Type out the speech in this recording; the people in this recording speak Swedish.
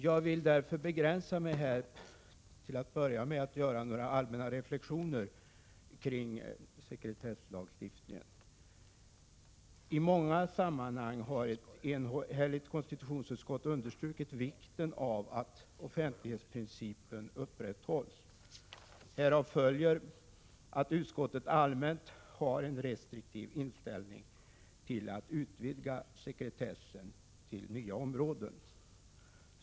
Jag vill därför till att börja med begränsa mig till att göra några allmänna reflexioner kring sekretesslagstiftningen. I många sammanhang har ett enhälligt konstitutionsutskott understrukit vikten av att offentlighetsprincipen upprätthålls. Härav följer att utskottet allmänt har en restriktiv inställning till att utvidga sekretessen till nya områden.